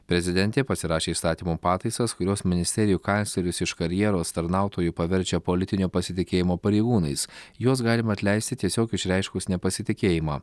prezidentė pasirašė įstatymo pataisas kurios ministerijų kanclerius iš karjeros tarnautojų paverčia politinio pasitikėjimo pareigūnais juos galima atleisti tiesiog išreiškus nepasitikėjimą